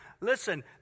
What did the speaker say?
Listen